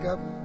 up